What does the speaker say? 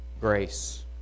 grace